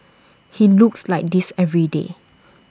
he looks like this every day